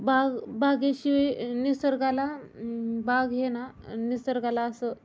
बाग बागेशिवाय निसर्गाला बाग हे ना निसर्गाला असं